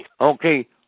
Okay